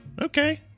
okay